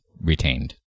retained